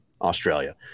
Australia